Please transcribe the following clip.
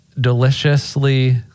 deliciously